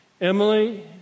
Emily